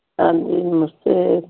ਹਾਂਜੀ ਨਮਸਤੇ